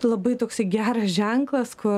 labai toksai geras ženklas kur